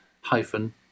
hyphen